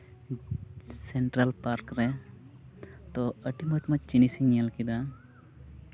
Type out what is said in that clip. central park ᱨᱮ ᱛᱳ ᱟᱹᱰᱤ ᱢᱚᱡᱽ ᱢᱚᱡᱽ ᱡᱤᱱᱤᱥ ᱤᱧ ᱧᱮᱞ ᱠᱮᱫᱟ